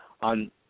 on